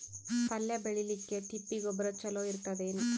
ಪಲ್ಯ ಬೇಳಿಲಿಕ್ಕೆ ತಿಪ್ಪಿ ಗೊಬ್ಬರ ಚಲೋ ಇರತದೇನು?